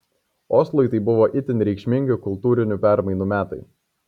oslui tai buvo itin reikšmingi kultūrinių permainų metai